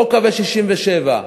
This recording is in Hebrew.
או 67',